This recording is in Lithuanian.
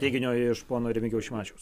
teiginio iš pono remigijaus šimašiaus